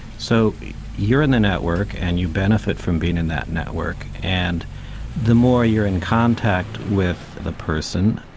so you're in the network and you benefit from being in that network and the more you're in contact with the person,